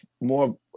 more